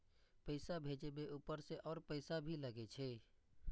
पैसा भेजे में ऊपर से और पैसा भी लगे छै?